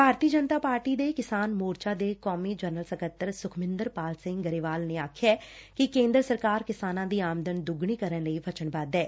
ਭਾਰਤੀ Janata party ਦੇ ਕਿਸਾਨ ਮੋਰਚਾ ਦੇ ਕੌਮੀ ਜਨਰਲ ਸਕੱਤਰ ਸੁਖਮਿੰਦਰ ਪਾਲ ਸਿੰਘ ਗਰੇਵਾਲ ਨੇ ਆਖਿਐ ਕਿ ਕੇਂਦਰ ਸਰਕਾਰ ਕਿਸਾਨਾਂ ਦੀ ਆਮਦਨ ਦੁੱਗਣੀ ਕਰਨ ਲਈ ਵਚਨਬੱਧ ਐ